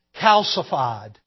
calcified